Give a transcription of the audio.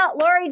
Lori